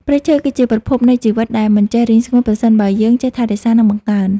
ព្រៃឈើ គឺជាប្រភពនៃជីវិតដែលមិនចេះរីងស្ងួតប្រសិនបើយើងចេះថែរក្សា និងបង្កើន។